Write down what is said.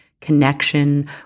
connection